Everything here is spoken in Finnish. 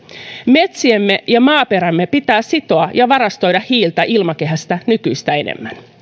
metsiemme ja maaperämme pitää sitoa ja varastoida hiiltä ilmakehästä nykyistä enemmän